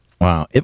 Wow